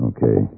Okay